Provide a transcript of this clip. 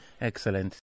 excellent